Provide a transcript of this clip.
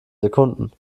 sekunden